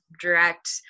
direct